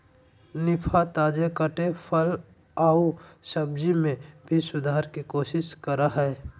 निफा, ताजे कटे फल आऊ सब्जी में भी सुधार के कोशिश करा हइ